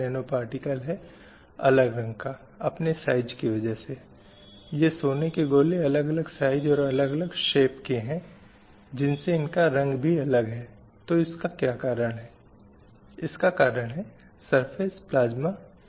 यदि कोई आरंभिक वैदिक काल में देखता है तो एक अलग तस्वीर मिलेगी